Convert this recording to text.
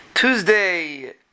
Tuesday